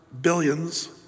billions